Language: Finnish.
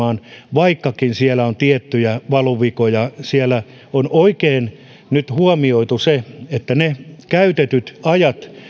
vaikkakin siellä on tiettyjä valuvikoja siellä on nyt oikein huomioitu ne käytetyt ajat